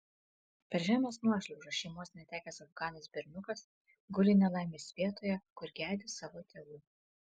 per žemės nuošliaužą šeimos netekęs afganas berniukas guli nelaimės vietoje kur gedi savo tėvų